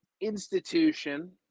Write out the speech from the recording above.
institution